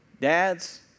dads